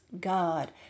God